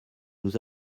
nous